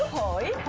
boy.